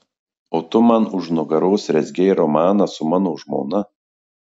o tu man už nugaros rezgei romaną su mano žmona